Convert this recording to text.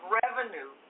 revenue